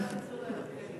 פס ייצור לאלרגנים